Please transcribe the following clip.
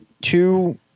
two